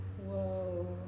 whoa